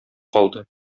калды